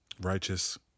righteous